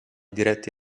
dirette